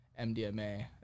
MDMA